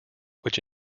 which